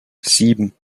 sieben